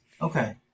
Okay